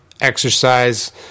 exercise